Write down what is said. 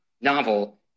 novel